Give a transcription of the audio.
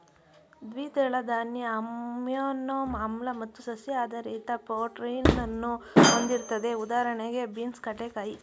ದ್ವಿದಳ ಧಾನ್ಯ ಅಮೈನೋ ಆಮ್ಲ ಮತ್ತು ಸಸ್ಯ ಆಧಾರಿತ ಪ್ರೋಟೀನನ್ನು ಹೊಂದಿರ್ತದೆ ಉದಾಹಣೆಗೆ ಬೀನ್ಸ್ ಕಡ್ಲೆಕಾಯಿ